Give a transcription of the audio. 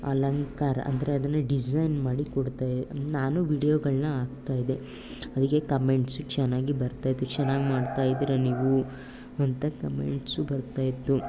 ಅಲಂಕಾರ ಅಂದರೆ ಅದನ್ನು ಡಿಸೈನ್ ಮಾಡಿ ಕೊಡ್ತೇ ನಾನು ವೀಡ್ಯೋಗಳನ್ನ ಹಾಕ್ತಾಯಿದೆ ಅದಕ್ಕೆ ಕಮೆಂಟ್ಸು ಚೆನ್ನಾಗಿ ಬರ್ತಾಯಿತ್ತು ಚೆನ್ನಾಗಿ ಮಾಡ್ತಾಯಿದ್ರಿ ನೀವು ಅಂತ ಕಮೆಂಟ್ಸು ಬರ್ತಾಯಿತ್ತು